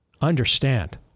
understand